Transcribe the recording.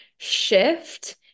shift